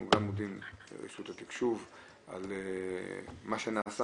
אנחנו גם מודים לרשות התקשוב על מה שנעשה,